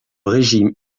régime